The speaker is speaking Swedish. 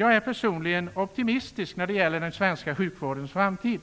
Jag är personligen optimist när det gäller den svenska sjukvårdens framtid,